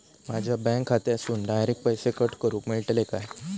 माझ्या बँक खात्यासून डायरेक्ट पैसे कट करूक मेलतले काय?